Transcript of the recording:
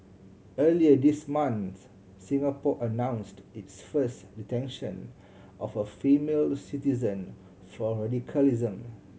earlier this month Singapore announced its first detention of a female citizen for radicalism